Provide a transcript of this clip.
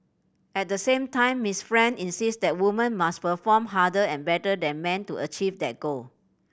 at the same time Miss Frank insist that women must perform harder and better than men to achieve that goal